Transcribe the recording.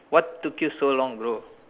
what took you so long bro